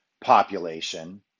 population